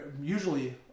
usually